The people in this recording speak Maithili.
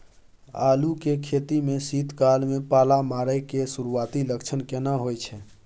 आलू के खेती में शीत काल में पाला मारै के सुरूआती लक्षण केना होय छै?